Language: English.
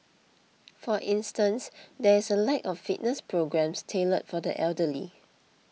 for instance there is a lack of fitness programmes tailored for the elderly